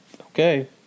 okay